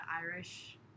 Irish